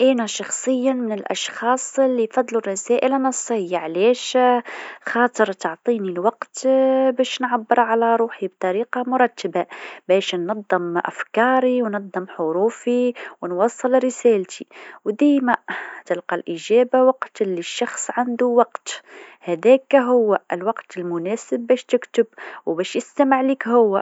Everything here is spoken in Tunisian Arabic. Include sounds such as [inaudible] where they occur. إينا شخصيا من الأشخاص اللي يفضلو الرسائل النصيه علاش؟ [hesitation] خاطر تعطيني الوقت [hesitation] باش نعبر على روحي بطريقه مرتبه، باش انظم أفكاري و انظم حروفي و نوصل رسالتي وديما تلقى الإجابه وقت اللي الشخص عندو وقت هذاكا هو الوقت المناسب باش تكتب وباش يستمع ليك هو.